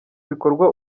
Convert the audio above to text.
bikorwa